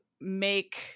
make